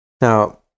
Now